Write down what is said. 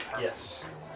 Yes